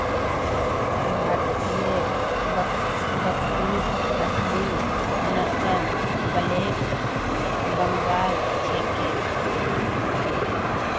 भारतीय बकरीत असली नस्ल ब्लैक बंगाल छिके